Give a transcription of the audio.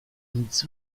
nic